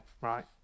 right